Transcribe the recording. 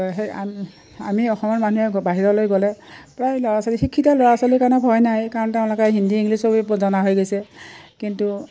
সেই আমি অসমৰ মানুহে বাহিৰলৈ গ'লে প্ৰায় ল'ৰা ছোৱালী শিক্ষিত ল'ৰা ছোৱালীৰ কাৰণে ভয় নাই কাৰণ তেওঁলোকে হিন্দী ইংলিছ চবেই জনা হৈ গৈছে কিন্তু